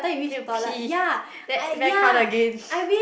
going to pee then very crowded again